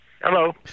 Hello